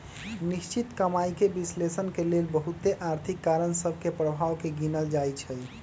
निश्चित कमाइके विश्लेषण के लेल बहुते आर्थिक कारण सभ के प्रभाव के गिनल जाइ छइ